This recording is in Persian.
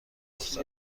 فرصت